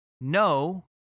no